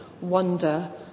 wonder